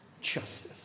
justice